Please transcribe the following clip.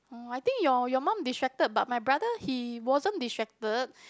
oh I think your your mom distracted but my brother he wasn't distracted